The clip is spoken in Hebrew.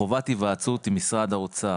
חובת ההיוועצות עם משרד האוצר.